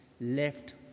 left